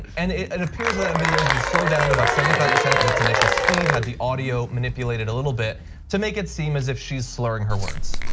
and it appears that video has been slowed down to about seventy five percent of its initial speed. had the audio manipulated a little bit to make it seem as if she's slurring her words.